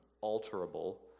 alterable